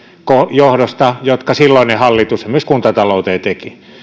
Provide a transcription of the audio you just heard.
johdosta jotka silloinen hallitus esimerkiksi kuntatalouteen teki